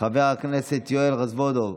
חבר הכנסת יואל רזבוזוב,